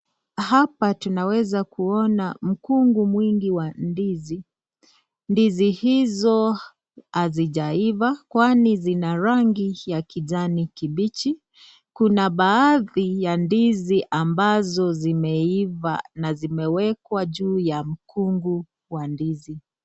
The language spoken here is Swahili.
Hapa tunaweza kuona mkungu mwingi wa ndizi ndizi hizo hazijaiva kwani zina rangi ya kijani kibichi. Kuna baadhi ya ndizi ambazo zimeiva na zimewekwa juu ya mkungu wa ndizi.